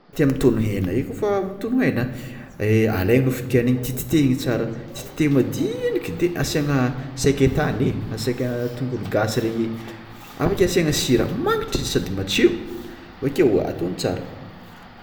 Tia mitôno hena io kôfa mitôno hena, alegny nofonkena igny tititehigny tsara tititehiny madiniky de asegna sakaitany e aseky a tongolo gasy regny, avekeo asiagna sira magnitry sady matsiro avakeo atogno tsara.